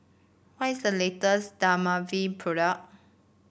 what is the latest Dermaveen product